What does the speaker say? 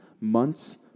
months